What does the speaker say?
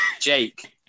Jake